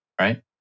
right